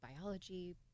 biology